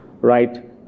right